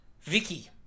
Vicky